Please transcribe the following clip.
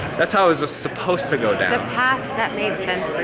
that's how it was supposed to go down. the path that made sense